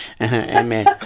Amen